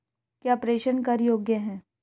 क्या प्रेषण कर योग्य हैं?